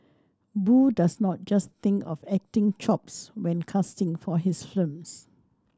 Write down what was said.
Boo does not just think of acting chops when casting for his films